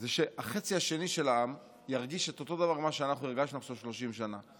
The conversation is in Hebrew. הוא שהחצי השני של העם ירגיש בדיוק כמו שאנחנו הרגשנו 30 שנה,